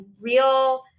real